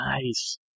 Nice